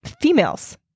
Females